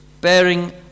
bearing